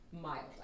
mild